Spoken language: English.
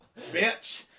Bitch